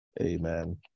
Amen